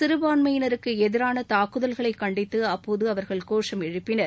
சிறுபான்மயினருக்கு எதிரான தாக்குதல்களை கண்டித்து அவர்கள் கோஷம் எழுப்பினர்